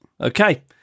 Okay